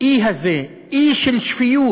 האי הזה, אי של שפיות,